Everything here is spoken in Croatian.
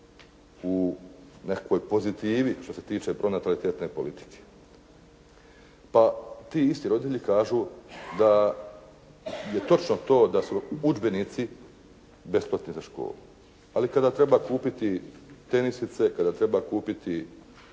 u nekakvoj pozitivi što se tiče pronatalitetne politike. Pa ti isti roditelji kažu da je točno to da su udžbenici besplatni za školu, ali kada treba kupiti tenisice, kada treba kupiti